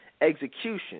execution